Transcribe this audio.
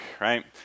right